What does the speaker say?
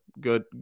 Good